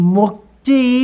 mukti